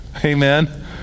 Amen